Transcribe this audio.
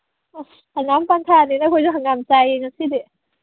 ꯑꯁ ꯍꯪꯒꯥꯝ ꯄꯟꯊꯥꯅꯤꯅ ꯑꯩꯈꯣꯏꯁꯨ ꯍꯪꯒꯥꯝ ꯆꯥꯏꯌꯦ ꯉꯁꯤꯗꯤ